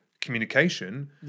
communication